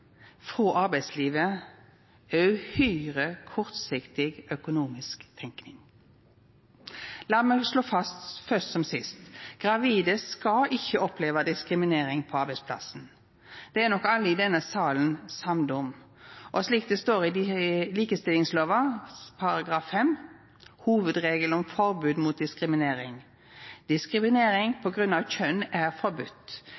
frå arbeidslivet er uhyre kortsiktig økonomisk tenking. Lat meg slå fast først som sist: Gravide skal ikkje oppleva diskriminering på arbeidsplassen. Det er nok alle i denne salen samde om. Slik står det i likestillingslova § 5: «Hovedregel om forbud mot diskriminering Diskriminering på grunn av kjønn er forbudt.